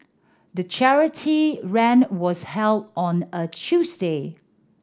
the charity run was held on a Tuesday